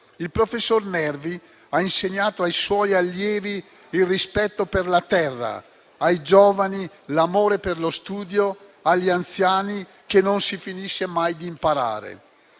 Il professor Nervi ha insegnato ai suoi allievi il rispetto per la terra, ai giovani l'amore per lo studio e agli anziani che non si finisce mai di imparare,